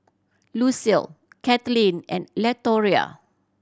Lucile Caitlyn and Latoria